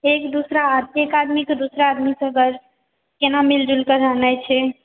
एक दोसरा एक आदमीकेँ दोसरा आदमीके अगर केना मिलिजुलि कऽ रहनाइ छै